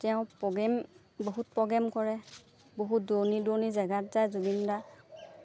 তেওঁ প্ৰগ্ৰেম বহুত প্ৰগ্ৰেম কৰে বহুত দূৰণি দূৰণি জেগাত যায় জুবিন দা